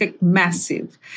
massive